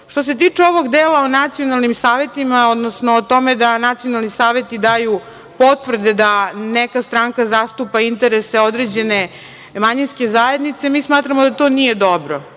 se tiče ovog dela o nacionalnim savetima, odnosno o tome da nacionalni saveti daju potvrde da neka stranka zastupa interese određene manjinske zajednice, mi smatramo da to nije dobro.